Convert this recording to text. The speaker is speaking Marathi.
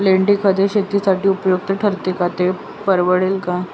लेंडीखत हे शेतीसाठी उपयुक्त ठरेल का, ते परवडेल का?